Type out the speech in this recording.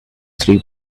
three